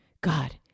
God